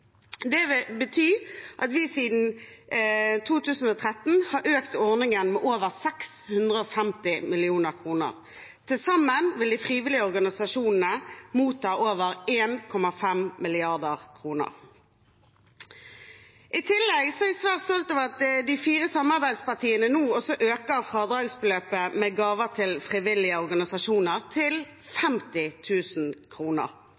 Det betyr at vi siden 2013 har økt ordningen med over 650 mill. kr. Til sammen vil de frivillige organisasjonene motta over 1,5 mrd. kr. I tillegg er jeg svært stolt over at de fire samarbeidspartiene nå også øker fradragsbeløpet for gaver til frivillige organisasjoner til